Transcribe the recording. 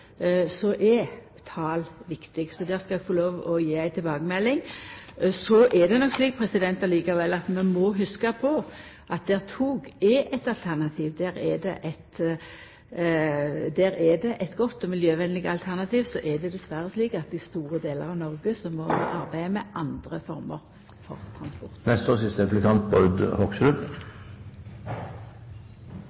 er tal viktig. Så der skal eg få lov å gje ei tilbakemelding. Der tog er eit alternativ, er det eit godt og miljøvenleg alternativ. Men det er dessverre slik at i store delar av Noreg må vi arbeida med andre former for transport. Det var godt å høre representanten Kjernli fortelle om alle de fem strekningene man skulle få i